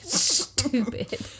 stupid